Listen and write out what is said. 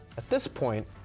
this point